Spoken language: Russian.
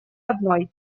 одной